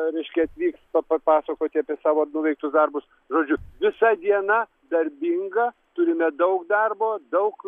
reiškia atvyks pa papasakoti apie savo nuveiktus darbus žodžiu visa diena darbinga turime daug darbo daug